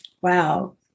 Wow